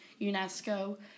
UNESCO